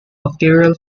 bacterial